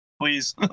please